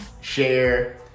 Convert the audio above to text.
share